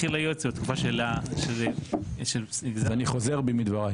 אני חוזר בי מדבריי.